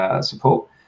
Support